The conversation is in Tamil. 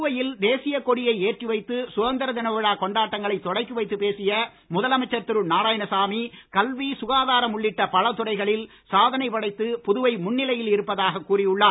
புதுவையில் தேசியக் கொடியை ஏற்றி வைத்து சுதந்திர தினவிழா கொண்டாட்டங்களை தொடக்கி வைத்துப் பேசிய முதலமைச்சர் திரு நாராயணசாமி கல்வி சுகாதாரம் உள்ளிட்ட பல துறைகளில் சாதனை படைத்து புதுவை முன்நிலையில் இருப்பதாக கூறி உள்ளார்